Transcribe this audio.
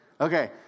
okay